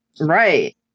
Right